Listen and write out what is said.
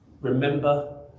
remember